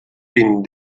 vint